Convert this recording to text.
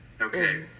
Okay